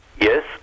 Yes